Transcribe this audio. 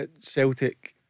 Celtic